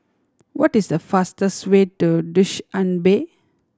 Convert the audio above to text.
what is the fastest way to Dushanbe